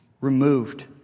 Removed